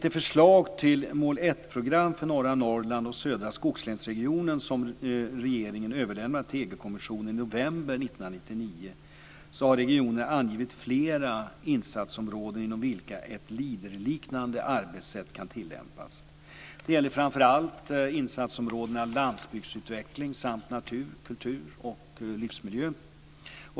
I det förslag till mål 1-program för norra Norrland och södra skogslänsregionen som regeringen överlämnade till EU-kommissionen i november 1999 har regionen angivit flera insatsområden inom vilka Leaderliknande arbetssätt kan tillämpas. Det gäller framför allt insatsområdena landsbygdsutveckling samt natur, kultur och livsmiljö.